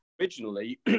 Originally